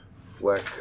Fleck